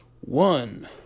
one